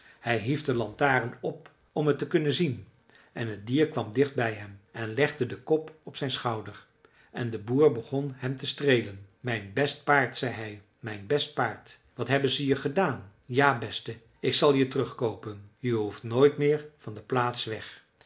hij hief de lantaarn op om het te kunnen zien en het dier kwam dicht bij hem en legde den kop op zijn schouder en de boer begon hem te streelen mijn best paard zei hij mijn best paard wat hebben ze je gedaan ja beste ik zal je terugkoopen je hoeft nooit meer van de plaats weg